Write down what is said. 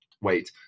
wait